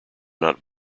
not